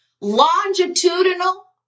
longitudinal